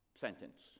sentence